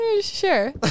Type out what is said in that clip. Sure